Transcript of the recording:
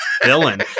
villain